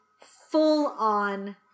full-on